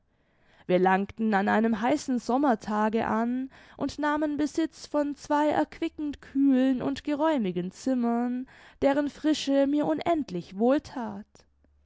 wir langten an einem heißen sommertage an und nahmen besitz von zwei erquickend kühlen und geräumigen zimmern deren frische mir unendlich wohl